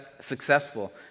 successful